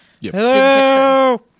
Hello